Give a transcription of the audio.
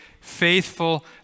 faithful